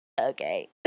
okay